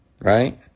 Right